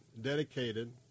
dedicated